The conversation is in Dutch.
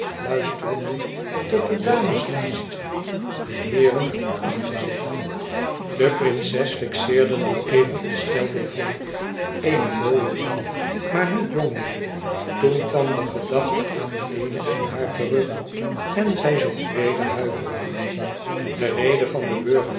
fluisterende tot de dames naast de heeren achter zich de prinses fixeerde nog even estelle desvaux eene mooie vrouw maar niet jong meer toen kwam de gedachte aan melena in haar terug en zij zocht verder huiverig de rede van den